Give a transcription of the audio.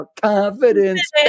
confidence